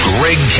Greg